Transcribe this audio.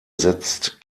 setzt